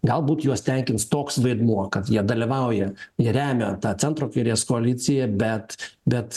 galbūt juos tenkins toks vaidmuo kad jie dalyvauja jie remia tą centro kairės koaliciją bet bet